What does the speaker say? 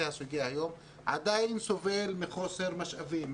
אנחנו מדברים היום עדיין סובל מחוסר במשאבים,